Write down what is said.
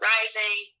Rising